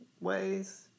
ways